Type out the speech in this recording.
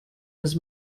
was